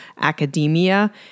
academia